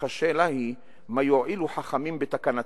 אך השאלה היא, מה יועילו חכמים בתקנתם?